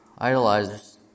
idolizers